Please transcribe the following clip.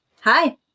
hi